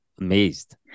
amazed